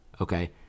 okay